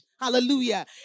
Hallelujah